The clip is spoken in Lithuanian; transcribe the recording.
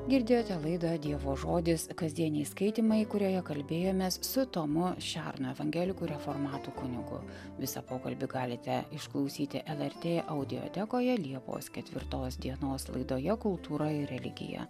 girdėjote laidą dievo žodis kasdieniai skaitymai kurioje kalbėjomės su tomu šernu evangelikų reformatų kunigu visą pokalbį galite išklausyti lrt audiotekoje liepos ketvirtos dienos laidoje kultūra ir religija